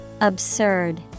Absurd